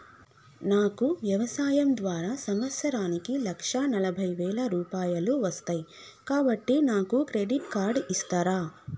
నాకు వ్యవసాయం ద్వారా సంవత్సరానికి లక్ష నలభై వేల రూపాయలు వస్తయ్, కాబట్టి నాకు క్రెడిట్ కార్డ్ ఇస్తరా?